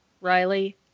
Riley